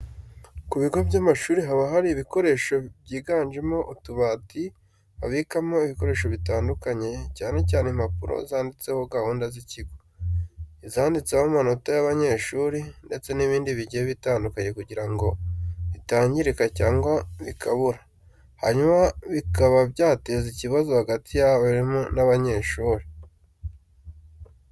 Ku bigo by'amashuri haba hari ibikoresho byiganjemo utubati babikamo ibikoresho bitandukanye, cyane cyane imapuro zanditseho gahunda z'ikigo, izanditseho amanota y'abanyeshuri ndetse n'ibindi bigiye bitandukanye kugira bitangirika cyangwa bikabura, hanyuma bikaba byateza ikibazo hagati y'abarimu n'abanyeshuri.